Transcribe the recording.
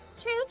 True